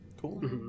Cool